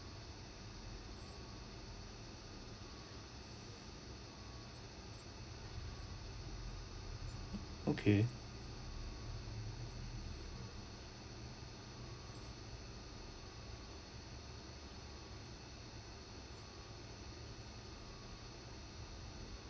okay